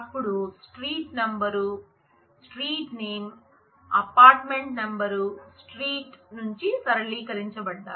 అప్పుడు street number street name apartment number street నుంచి సరళీకరించబడ్డాయి